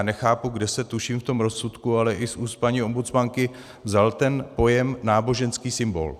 Nechápu, kde se tuším v tom rozsudku, ale i z úst paní ombudsmanky vzal ten pojem náboženský symbol.